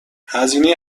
هزینه